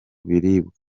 biribwa